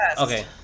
Okay